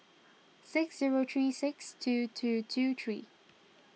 six zero three six two two two three